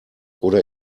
oder